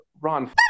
Ron